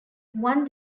one